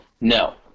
No